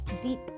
deep